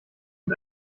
mit